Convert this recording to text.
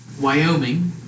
Wyoming